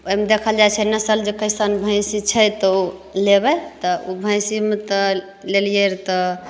ओहिमे देखल जाइत छै नसल जे कैसन भैंसी छै तऽ ओ लेबै तऽ ओ भैंसीमे तऽ लेलियै रऽ तऽ